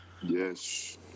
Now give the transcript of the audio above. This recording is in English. Yes